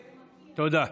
תודה.